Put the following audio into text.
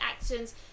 actions